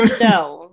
no